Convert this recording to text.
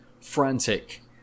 frantic